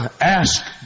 ask